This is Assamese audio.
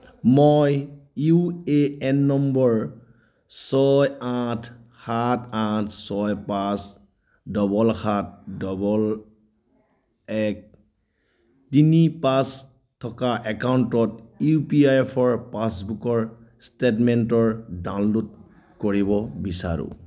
মই ইউএএন নম্বৰ ছয় আঠ সাত আঠ ছয় পাঁচ ডবল সাত ডবল এক তিনি পাঁচ থকা একাউণ্টত ইপিএফঅ' পাছবুকৰ ষ্টেটমেণ্টৰ ডাউনলোড কৰিব বিচাৰোঁ